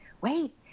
wait